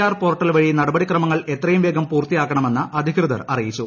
R portal വഴി നടപടിക്രമങ്ങൾ എത്രയും വേഗം പൂർത്തിയാക്കണമെന്ന് അധികൃതർ അറിയിച്ചു